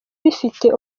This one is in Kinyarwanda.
bifite